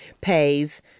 pays